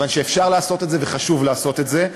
כיוון שאפשר לעשות את זה וחשוב לעשות את זה.